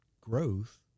growth